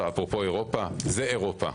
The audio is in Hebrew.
אפרופו אירופה, זה אירופה.